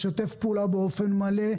לשתף פעולה באופן מלא,